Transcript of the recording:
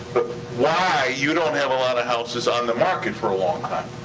why you don't have a lotta houses on the market for a long time.